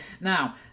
Now